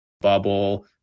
bubble